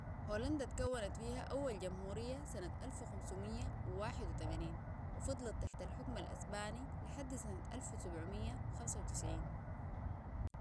هولندا تكونت فيها أول جمهورية سنة الف خمسميه واحد وتمنين وفضلت تحت الحكم الأسباني لحد سنة الف سبعميه خمسه وتسعين